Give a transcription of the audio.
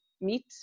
meet